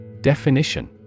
Definition